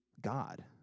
God